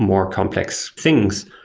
more complex things.